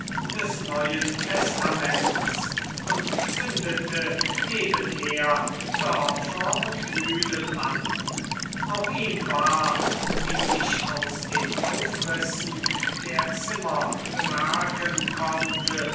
des neuen testaments und zündete nebenher dörfer und mühlen an auch ihm war wie ich aus den aufrissen der zimmer bemerken konnte